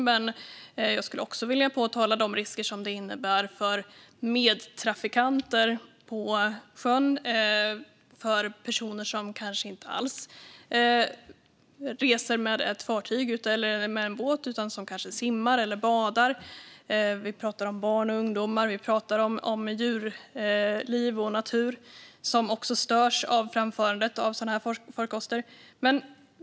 Men jag skulle också vilja påpeka de risker som de innebär för medtrafikanter på sjön, badande och simmande personer, barn och ungdomar, djurliv och natur. De störs också av framförandet av sådana farkoster.